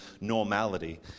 normality